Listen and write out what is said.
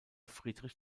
friedrich